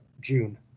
June